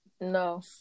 No